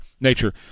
nature